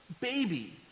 baby